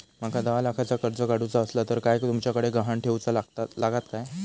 माका दहा लाखाचा कर्ज काढूचा असला तर काय तुमच्याकडे ग्हाण ठेवूचा लागात काय?